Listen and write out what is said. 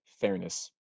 fairness